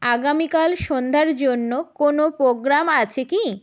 আগামীকাল সন্ধ্যার জন্য কোনও প্রোগ্রাম আছে কি